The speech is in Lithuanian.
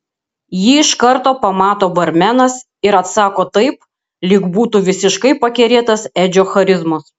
jį iš karto pamato barmenas ir atsako taip lyg būtų visiškai pakerėtas edžio charizmos